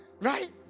Right